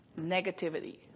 Negativity